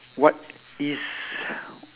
what is